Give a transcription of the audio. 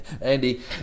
Andy